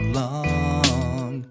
long